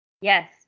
Yes